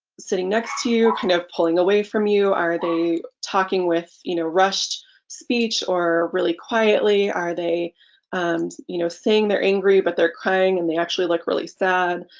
sitting next to you, kind of pulling away from you. are they talking with you know rushed speech or really quietly? are they um you know saying they're angry but they're crying and they actually look really sad?